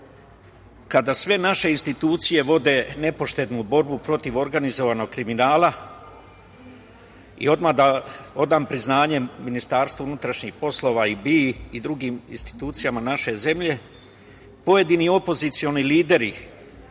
kada sve naše institucije vode nepoštenu borbi protiv organizovanog kriminala, odmah da odam priznanje MUP-u i BIA-i, i drugim institucijama naše zemlje, pojedini opozicioni lideri